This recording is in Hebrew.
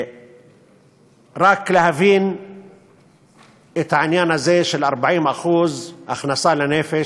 רק להבין את העניין הזה של 40% בהכנסה לנפש,